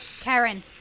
Karen